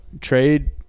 Trade